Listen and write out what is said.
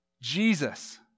Jesus